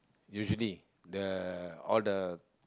usually the all the